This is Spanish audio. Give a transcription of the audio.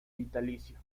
vitalicio